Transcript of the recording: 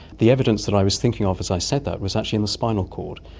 the evidence that i was thinking of as i said that was actually in the spinal cord,